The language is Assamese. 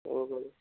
অঁ হয়